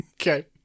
Okay